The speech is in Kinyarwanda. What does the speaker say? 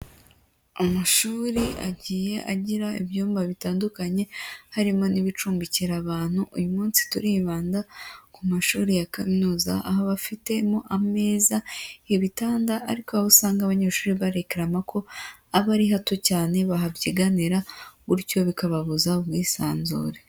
Amashuri agiye agira ibyumba bitandukanye harimo n'ibicumbikira abantu, uyu munsi turibanda ku mashuri ya kaminuza aho aba afitemo ameza, ibitanda ariko aho usanga abanyeshuri barekarama ko aba ari hato cyane bahabyiganira, gutyo bikababuza ubwisanzure.